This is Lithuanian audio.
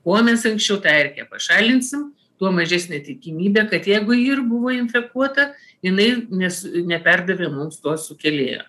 kuo mes anksčiau tą erkę pašalinsim tuo mažesnė tikimybė kad jeigu ji ir buvo infekuota jinai nes neperdavė mums to sukėlėjo